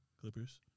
Clippers